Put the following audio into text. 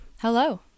Hello